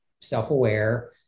self-aware